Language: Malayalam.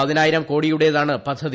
പതിനായിരം കോടിയുടേതാണ് പദ്ധതി